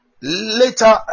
later